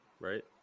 Right